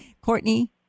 courtney